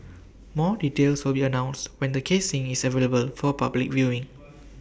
more details will be announced when the casing is available for public viewing